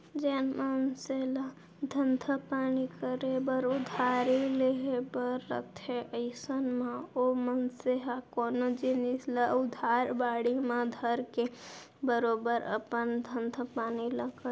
जेन मनसे ल धंधा पानी करे बर उधारी लेहे बर रथे अइसन म ओ मनसे ह कोनो जिनिस ल उधार बाड़ी म धरके बरोबर अपन धंधा पानी ल करथे